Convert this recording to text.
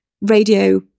radio